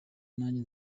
nanjye